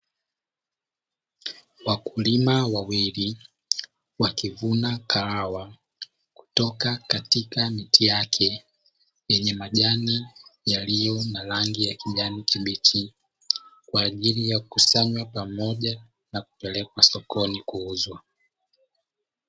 Wakulima wawili wakivuna kahawa kutoka katika miti yake yenye majani yaliyo na rangi ya kijani kibichi, kwaajili ya kukusanywa pamoja na kupelekwa sokoni kuuzwa.